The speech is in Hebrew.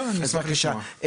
בבקשה,